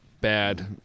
bad